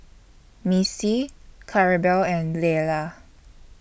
Missy Claribel and Leila